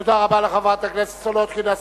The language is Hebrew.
תודה רבה לחברת הכנסת סולודקין.